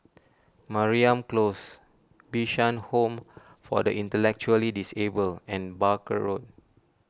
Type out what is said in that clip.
Mariam Close Bishan Home for the Intellectually Disabled and Barker Road